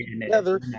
together